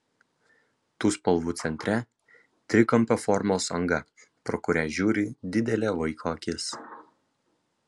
tų spalvų centre trikampio formos anga pro kuria žiūri didelė vaiko akis